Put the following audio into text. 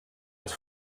als